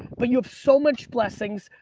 but you have so much blessings.